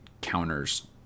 counters